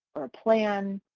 or a plan,